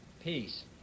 peace